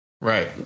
Right